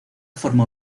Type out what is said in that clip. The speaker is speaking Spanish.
forma